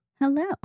hello